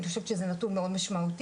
ואני חושבת שזה נתון מאוד משמעותי.